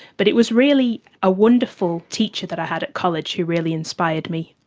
but it was really a wonderful teacher that i had at college who really inspired me.